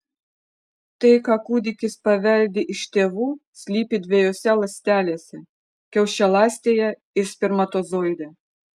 tai ką kūdikis paveldi iš tėvų slypi dviejose ląstelėse kiaušialąstėje ir spermatozoide